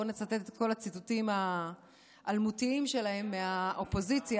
בוא נצטט את כל הציטוטים האלמותיים שלהם מהאופוזיציה,